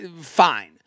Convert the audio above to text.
fine